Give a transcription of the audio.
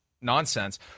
nonsense